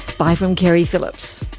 bye from keri phillips